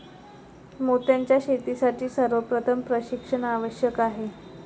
मोत्यांच्या शेतीसाठी सर्वप्रथम प्रशिक्षण आवश्यक आहे